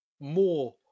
more